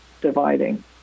dividing